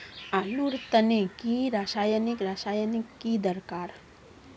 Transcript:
आलूर तने की रासायनिक रासायनिक की दरकार?